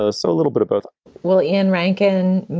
ah so a little bit of both well, ian rankin,